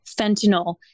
fentanyl